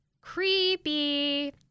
Creepy